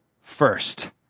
first